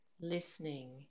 listening